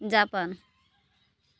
Japan